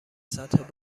سطح